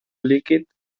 líquid